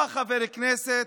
בא חבר כנסת,